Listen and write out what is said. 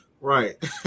Right